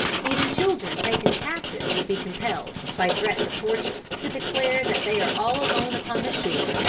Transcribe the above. even children taken captive will be compelled, by threats of torture, to declare that they are all alone upon the shore,